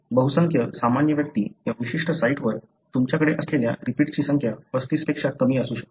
बहुसंख्य सामान्य व्यक्ती या विशिष्ट साइटवर तुमच्याकडे असलेल्या रिपीट्सची संख्या 35 पेक्षा कमी असू शकते